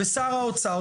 ושר האוצר,